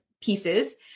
pieces